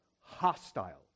hostile